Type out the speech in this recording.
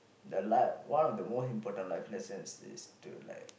the la~ one of the most important life lessons is to like